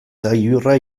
gailurra